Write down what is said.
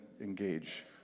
engage